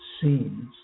scenes